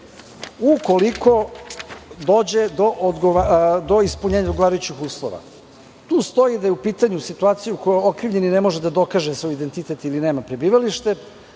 ukoliko dođe do ispunjenja odgovarajućih uslova. Tu stoji da je u pitanju situacija u kojoj okrivljeni ne može da dokaže svoj identitet ili nema prebivalište,